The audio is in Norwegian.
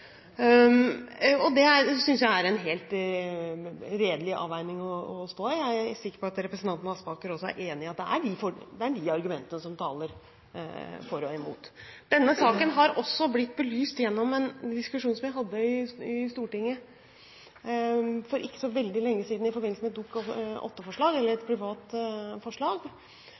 er forsømt. Det synes jeg er en helt redelig avveining. Jeg er sikker på at representanten Aspaker også er enig i at det er argumenter for og imot. Denne saken har også blitt belyst gjennom en diskusjon vi hadde i Stortinget for ikke så veldig lenge siden i forbindelse med